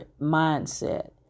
mindset